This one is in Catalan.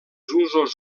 usos